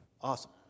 Awesome